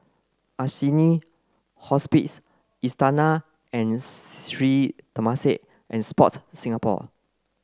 Assini Hospice Istana and Sri Temasek and Sport Singapore